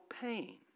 pain